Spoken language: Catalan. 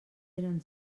eren